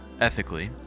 ethically